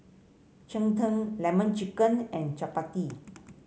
Cheng Tng lemon chicken and chappati